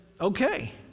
okay